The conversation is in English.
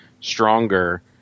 stronger